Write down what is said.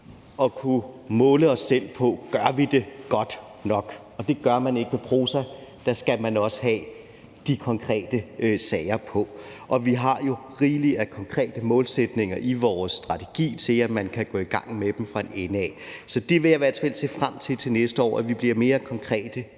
at kunne måle os selv på, om vi gør det godt nok, og det gør man ikke ved prosa, der skal man også have de konkrete sager på, og vi har jo rigeligt af konkrete målsætninger i vores strategi til, at man kan gå i gang med dem fra en ende af. Så jeg vil i hvert fald se frem til, at vi til næste år bliver mere konkrete